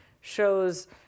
shows